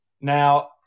now